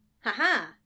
ha-ha